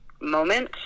moment